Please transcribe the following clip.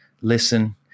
listen